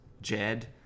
Jed